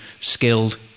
skilled